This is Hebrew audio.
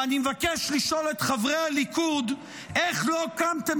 ואני מבקש לשאול את חברי הליכוד איך לא קמתם